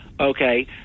Okay